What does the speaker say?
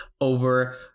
over